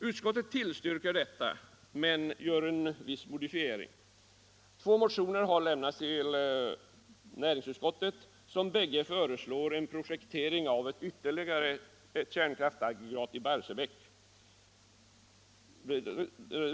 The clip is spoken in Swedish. Utskottet tillstyrker detta förslag men förordar en viss modifiering. I två motioner som lämnats till näringsutskottet föreslås en projektering av ytterligare ett kärnkraftsaggregat i Barsebäck.